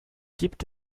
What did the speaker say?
gibt